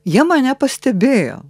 jie mane pastebėjo